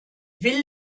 will